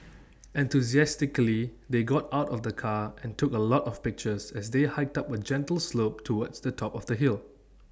enthusiastically they got out of the car and took A lot of pictures as they hiked up A gentle slope towards the top of the hill